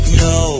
no